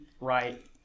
right